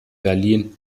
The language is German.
berlin